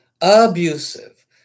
abusive